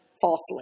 falsely